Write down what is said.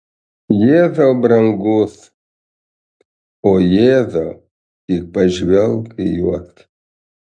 jėzau brangus o jėzau tik pažvelk į juos